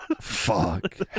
Fuck